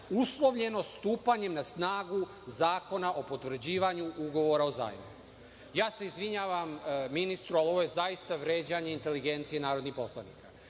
uslovljeno stupanjem na snagu Zakona o potvrđivanju ugovora o zajmu. Izvinjavam se ministru, ali ovo je zaista vređanje inteligencije narodnih poslanika.